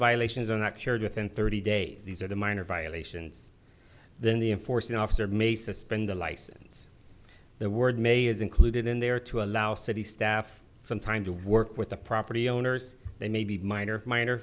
violations are not cured within thirty days these are the minor violations then the enforcement officer may suspend the license the word may is included in there to allow city staff some time to work with the property owners they may be minor minor